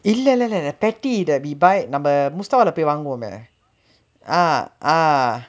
இல்ல இல்ல இல்ல:illa illa illa patty that we buy நம்ம:namma mustafa leh போய் வாங்குவோமே:poi vaanguvomae